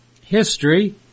history